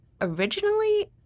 Originally